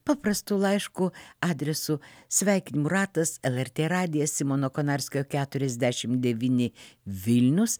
paprastu laišku adresu sveikinimų ratas lrt radijas simono konarskio keturiasdešimt devyni vilnius